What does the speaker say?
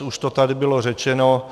Už to tady bylo řečeno.